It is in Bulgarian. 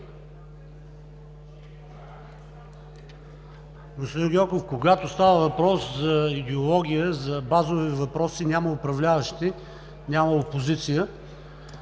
Господин Гьоков, когато става въпрос за идеология, за базови въпроси – няма управляващи, няма опозиция.